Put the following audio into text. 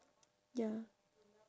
ya